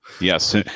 Yes